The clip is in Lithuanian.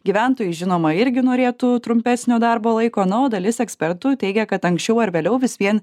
gyventojai žinoma irgi norėtų trumpesnio darbo laiko na o dalis ekspertų teigia kad anksčiau ar vėliau vis vien